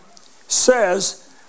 says